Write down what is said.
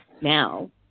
now